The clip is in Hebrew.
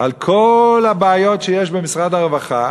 על כל הבעיות שיש במשרד הרווחה